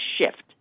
shift